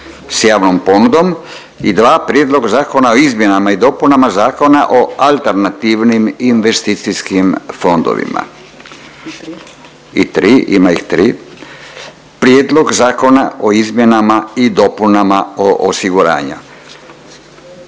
s javnom ponudom, Prijedlog Zakona o izmjenama i dopunama Zakona o alternativnim investicijskim fondovima te Prijedlog Zakona o izmjenama i dopunama Zakona o osiguranju.